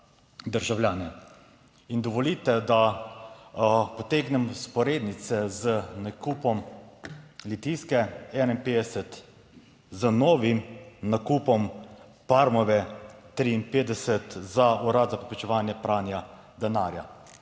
državljane. In dovolite, da potegnem vzporednice z nakupom Litijske 51, z novim nakupom Parmove 53, za Urad za preprečevanje pranja denarja.